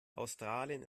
australien